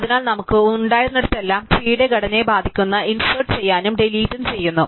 അതിനാൽ നമുക്ക് ഉണ്ടായിരുന്നിടത്തെല്ലാം ട്രീടെ ഘടനയെ ബാധിക്കുന്ന ഇൻസേർട് ചെയ്യാനും ഡെലീറ്റ് ചെയ്യുന്നു